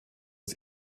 des